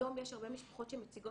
היום יש הרבה משפחות שמציגות